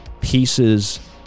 pieces